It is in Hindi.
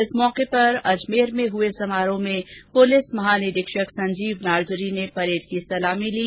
इस अवसर पर आज अजमेर में आयोजित समारोह में पुलिस महानिरीक्षक संजीव नार्जरी ने परेड की सलामी ली